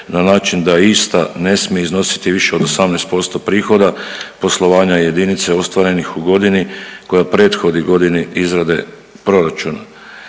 na način da ista ne smije iznositi više od 18% prihoda poslovanja jedinice ostvarenih u godini koja prethodi godini izrade proračuna.